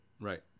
Right